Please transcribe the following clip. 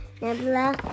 Nebula